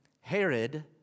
herod